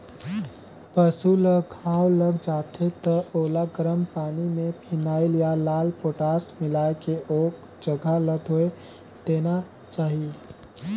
पसु ल घांव लग जाथे त ओला गरम पानी में फिनाइल या लाल पोटास मिलायके ओ जघा ल धोय देना चाही